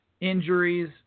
injuries